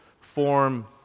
form